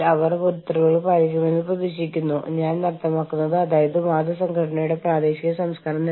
കേന്ദ്ര ഭരണകൂടം പറയുന്നു ഞങ്ങൾക്ക് അതുമായി ബന്ധപ്പെട്ട് ഒന്നും ചെയ്യാനില്ല